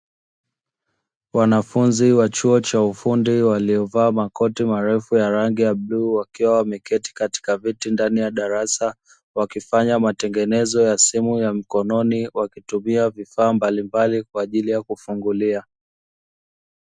Wanafunzi wa chuo cha ufundi waliovaa makoti marefu ya rangi ya bluu wakiwa wamekiti katika viti ndani ya darasa wakifanya matengenezo ya simu ya mkononi wakitumia vifaa mbalimbali kwa ajili ya kufungulia.